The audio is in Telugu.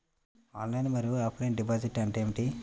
ఆన్లైన్ మరియు ఆఫ్లైన్ డిపాజిట్ అంటే ఏమిటి?